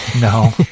No